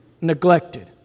neglected